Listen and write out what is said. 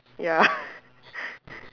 ya